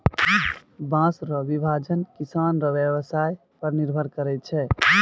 बाँस रो विभाजन किसान रो व्यवसाय पर निर्भर करै छै